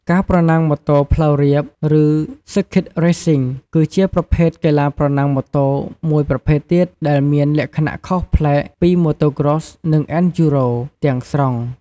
ការប្រណាំងម៉ូតូផ្លូវរាប ឬ ស៊ើរឃីត រេសស៊ីង (Circuit Racing) គឺជាប្រភេទកីឡាប្រណាំងម៉ូតូមួយប្រភេទទៀតដែលមានលក្ខណៈខុសប្លែកពី Motocross និង អេនឌ្យូរ៉ូ (Enduro) ទាំងស្រុង។